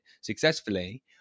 successfully